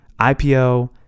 IPO